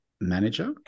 manager